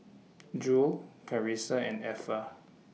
Jule Carisa and Effa